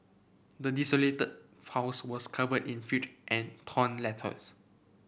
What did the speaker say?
the desolated house was covered in filth and torn letters